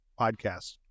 podcast